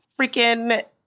freaking